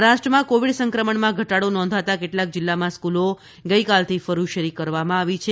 મહારાષ્ટ્રમાં કોવિડ સંક્રમણમાં ઘટાડો નોંધાતા કેટલાક જિલ્લામાં સ્કૂલો ગઈકાલથી ફરી શરૂ કરવામાં આવી છે